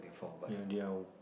ya they are